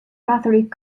catholic